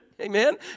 Amen